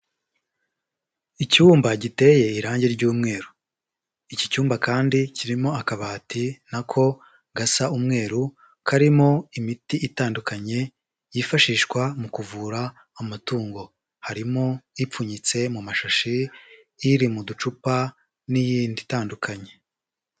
Icyumba giteye irangi ry'umweru. Iki cyumba kandi kirimo akabati na ko gasa umweru karimo imiti itandukanye yifashishwa mu kuvura amatungo, harimo ipfunyitse mu mashashi, iri mu ducupa n'iyindi itandukanye.